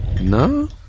No